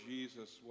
Jesus